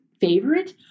favorite